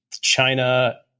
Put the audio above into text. China